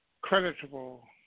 creditable